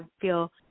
feel